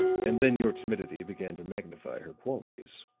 and then your timidity began to magnify her qualities.